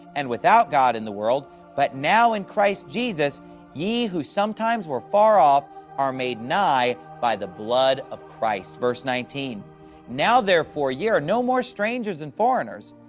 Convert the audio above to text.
and without god in the world but now in christ jesus ye who sometimes were far off are made nigh by the blood of christ. verse nineteen now therefore ye are no more strangers and foreigners,